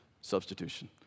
substitution